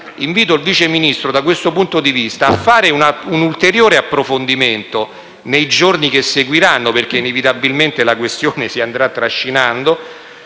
Invito il Sottosegretario da questo punto di vista a fare un ulteriore approfondimento nei giorni che seguiranno. Inevitabilmente la questione si andrà trascinando,